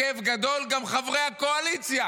בכאב גדול, גם חברי הקואליציה,